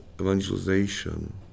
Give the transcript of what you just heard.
evangelization